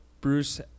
Bruce